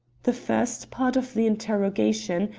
the first part of the interrogation,